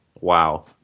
Wow